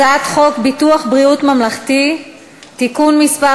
הצעת חוק ביטוח בריאות ממלכתי (תיקון מס'